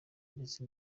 ndetse